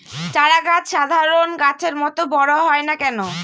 চারা গাছ সাধারণ গাছের মত বড় হয় না কেনো?